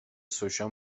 سوشا